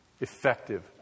Effective